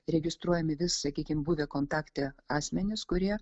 registruojami vis sakykim buvę kontakte asmenys kurie